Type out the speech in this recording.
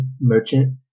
merchant